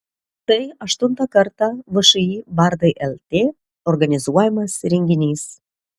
tai aštuntą kartą všį bardai lt organizuojamas renginys